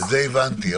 זה הבנתי.